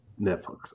Netflix